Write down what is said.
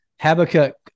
Habakkuk